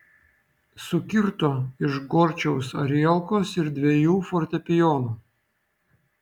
sukirto iš gorčiaus arielkos ir dviejų fortepijonų